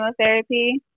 chemotherapy